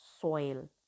soil